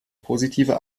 positive